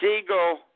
Siegel